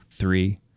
three